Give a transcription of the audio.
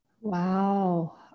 wow